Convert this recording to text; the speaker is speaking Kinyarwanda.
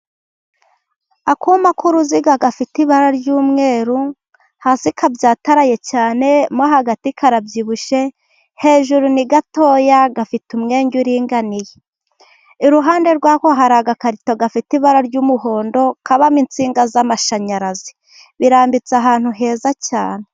Akuma k'uruziga gafite ibara ry'umweru hasi kabyataraye cyane, mo hagati karabyibushye. Hejuru ni gatoya, gafite umwenda uringaniye. Iruhande rw'ako hari agakarito gafite ibara ry'umuhondo, kabamo insinga z'amashanyarazi. birambitse ahantu heza cyane.